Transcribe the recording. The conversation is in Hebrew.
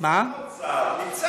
גפני, על מי אתה מלין?